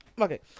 Okay